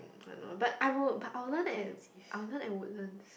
I know but I will but I will learn at I will learn at Woodlands